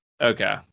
Okay